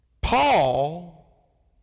Paul